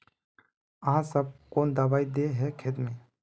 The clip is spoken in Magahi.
आहाँ सब कौन दबाइ दे है खेत में?